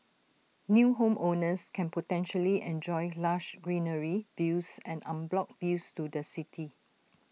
new homeowners can potentially enjoy lush greenery views and unblocked views to the city